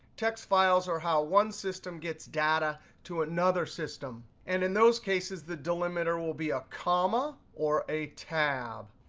text files are how one system gets data to another system. and in those cases, the delimiter will be a comma, or a tab.